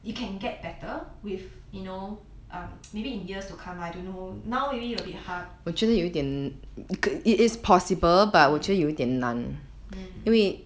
you can get better with you know maybe in years to come I don't know now maybe it'll be hard